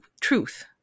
truth